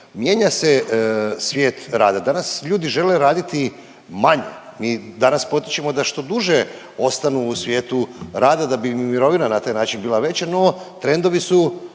Mijenja se svijet rada. Danas ljudi žele raditi manje. Mi danas potičemo da što duže ostanu u svijetu rada, da bi mi mirovina na taj način bila veća. No, trendovi su